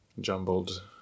jumbled